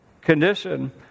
condition